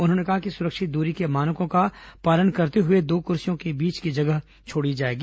उन्होंने कहा कि सुरक्षित दूरी के मानकों का पालन करते हुए दो कुर्सियों से बीच में जगह भी छोड़ी जाएगी